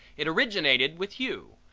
it originated with you.